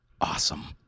Awesome